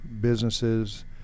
businesses